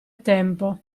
tempo